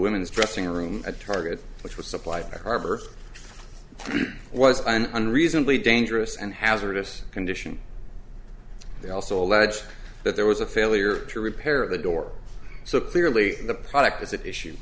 women's dressing room at target which would supply the harbor was an unreasonably dangerous and hazardous condition they also allege that there was a failure to repair the door so clearly the product is at issue